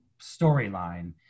storyline